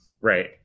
Right